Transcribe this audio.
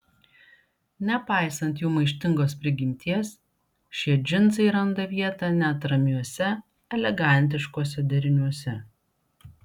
nepaisant jų maištingos prigimties šie džinsai randa vietą net ramiuose elegantiškuose deriniuose